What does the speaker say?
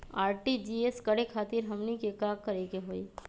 RTGS करे खातीर हमनी के का करे के हो ई?